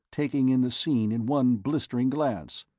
taking in the scene in one blistering glance.